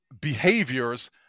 behaviors